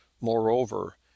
moreover